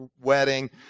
wedding